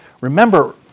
Remember